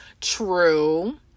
true